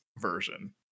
version